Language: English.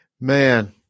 Man